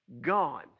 gone